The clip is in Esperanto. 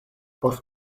post